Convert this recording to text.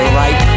right